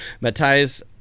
matthias